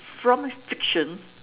from friction